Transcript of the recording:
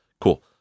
cool